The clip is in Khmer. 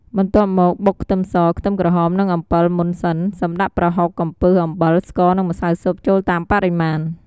បន្ទាប់មកបុកខ្ទឹមស ខ្ទឹមក្រហម និងអំពិលមុនសិន សិមដាក់ប្រហុក កំពឹស អំបិល ស្ករ និងម្សៅស៊ុប ចូលតាមបរិមាណ។